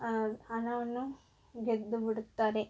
ಹಣವನ್ನು ಗೆದ್ದುಬಿಡುತ್ತಾರೆ